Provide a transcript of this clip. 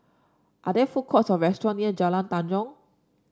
are there food courts or restaurant near Jalan Tanjong